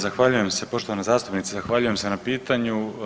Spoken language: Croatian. Zahvaljujem se, poštovana zastupnice, zahvaljujem se na pitanju.